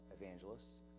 evangelists